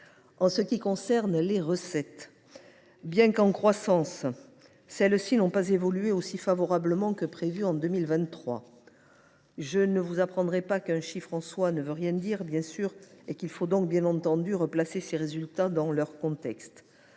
santé que malade ! Les recettes, bien qu’en croissance, n’ont pas évolué aussi favorablement que prévu en 2023. Je ne vous apprendrai pas qu’un chiffre en soi ne veut rien dire ; il faut bien entendu replacer les résultats dans leur contexte.